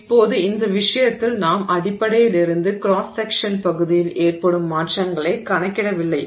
இப்போது இந்த விஷயத்தில் நாம் அடிப்படையிலிருந்து கிராஸ் செக்க்ஷன் பகுதியில் ஏற்படும் மாற்றங்களை கணக்கிடவில்லை